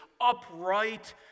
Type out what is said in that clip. upright